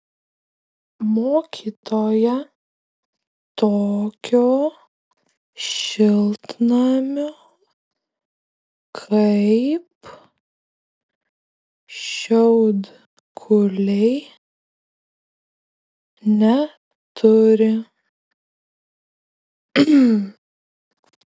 mokytoja tokio šiltnamio kaip šiaudkuliai neturi